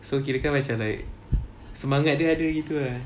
so kirakan macam like semangat dia ada gitu ah